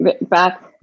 back